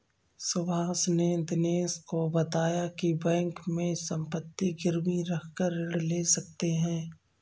सुभाष ने दिनेश को बताया की बैंक में संपत्ति गिरवी रखकर ऋण ले सकते हैं